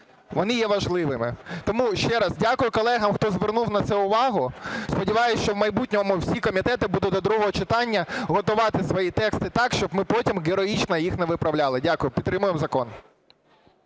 вони є важливими. Тому ще раз дякую, колегам, хто звернув на це увагу. Сподіваюсь, що в майбутньому всі комітети будуть до другого читання готувати свої тексти так, щоб ми потім героїчно їх не виправляли. Дякую. Підтримуємо закон.